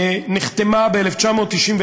שנחתמה ב-1994,